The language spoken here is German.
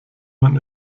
man